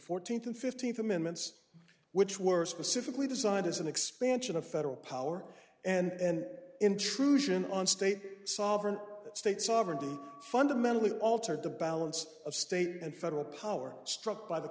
fourteenth and fifteenth amendments which were specifically designed as an expansion of federal power and intrusion on state solvent that state sovereignty fundamentally altered the balance of state and federal power struck